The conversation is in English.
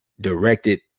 directed